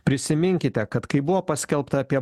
prisiminkite kad kai buvo paskelbta apie